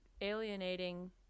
alienating